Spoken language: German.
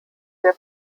der